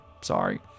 sorry